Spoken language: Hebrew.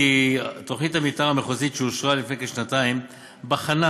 כי תוכנית המתאר המחוזית שאושרה לפני כשנתיים בחנה